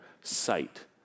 sight